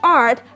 art